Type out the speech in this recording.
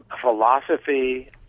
philosophy